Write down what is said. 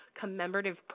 commemorative